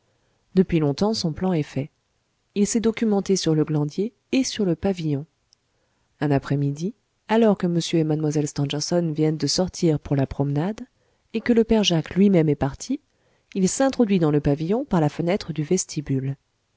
depuis longtemps son plan est fait il s'est documenté sur le glandier et sur le pavillon un après-midi alors que m et mlle stangerson viennent de sortir pour la promenade et que le père jacques lui-même est parti il s'introduit dans le pavillon par la fenêtre du vestibule